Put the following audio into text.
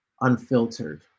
unfiltered